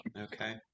okay